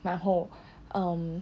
然后 um